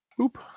Oop